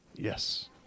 Yes